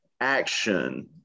action